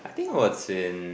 I think was in